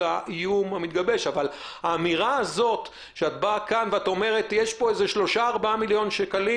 האיום המתגבש אבל האמירה הזאת שיש פה שלושה או ארבעה מיליון שקלים